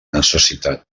necessitat